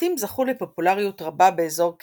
הסרטים זכו לפופולריות רבה באזור קנזס,